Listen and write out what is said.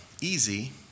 easy